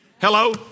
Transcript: Hello